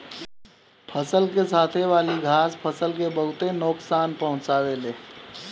फसल के साथे वाली घास फसल के बहुत नोकसान पहुंचावे ले